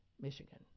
Michigan